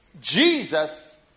Jesus